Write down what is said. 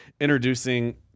introducing